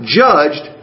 judged